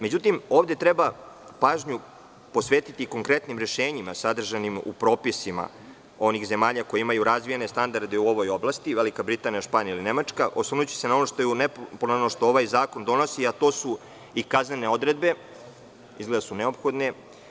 Međutim, ovde treba pažnju posvetiti konkretnim rešenjima, sadržanim u propisima onih zemalja koje imaju razvijene standarde u ovoj oblasti Velika Britanija, Španija ili Nemačaka, oslanjajući se na ono što ovaj zakon donosi, a to su i kaznene odredbe koje su izgleda neophodne.